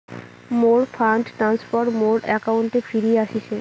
মোর fund transfer মোর অ্যাকাউন্টে ফিরি আশিসে